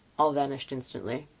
all vanished instantly.